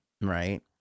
right